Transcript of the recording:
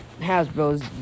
Hasbro's